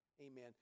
amen